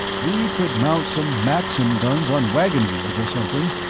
we could mount some maxim guns on wagon wheels, or something.